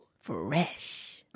Fresh